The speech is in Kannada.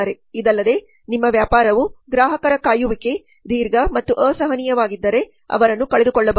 ಇದಲ್ಲದೆ ನಿಮ್ಮ ವ್ಯಾಪಾರವು ಗ್ರಾಹಕರ ಕಾಯುವಿಕೆ ದೀರ್ಘ ಮತ್ತು ಅಸಹನೀಯವಾಗಿದ್ದರೆ ಅವರನ್ನು ಕಳೆದುಕೊಳ್ಳಬಹುದು